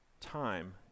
time